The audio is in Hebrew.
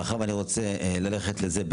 מאחר ואני רוצה ללכת לזה,